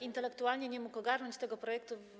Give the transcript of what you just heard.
Intelektualnie nie mógł ogarnąć tego projektu.